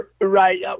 Right